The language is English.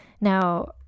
Now